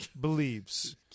believes